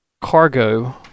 cargo